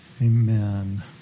Amen